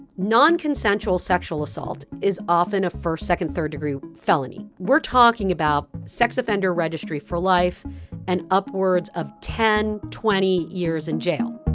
non consensual sexual assault is often a first second, third degree felony. we're talking about sex offender registry for life and upwards of ten, twenty years in jail